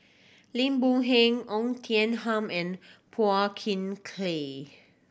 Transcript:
Lim Boon Heng Oei Tian Ham and Phua Thin Kiay